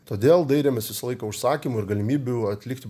todėl dairėmės visą laiką užsakymų ir galimybių atlikti